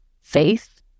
faith